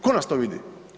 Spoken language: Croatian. Ko nas to vidi?